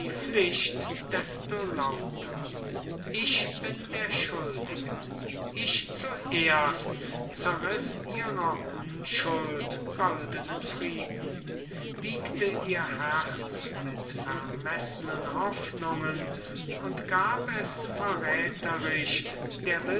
pflicht desto lauter ich bin der schuldige ich zuerst zerriß ihrer unschuld goldenen frieden wiegte ihr herz mit vermessenen hoffnungen und gab es verrätherisch der